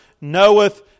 knoweth